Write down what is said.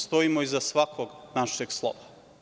Stojimo iza svakog našeg slova.